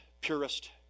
purest